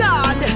God